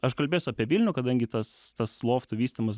aš kalbėsiu apie vilnių kadangi tas tas loftų vystymas